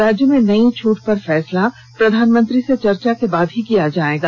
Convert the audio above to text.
राज्य में नयी छूट पर फैसला प्रधानमंत्री से चर्चा के बाद ही किया जायेगा